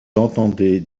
entendait